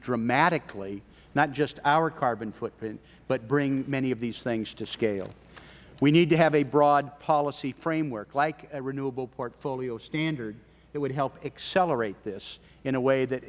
dramatically not just our carbon footprint but bring many of these things to scale we need to have a broad policy framework like a renewable portfolio standard that would help accelerate this in a way that